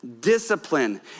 discipline